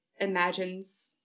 imagines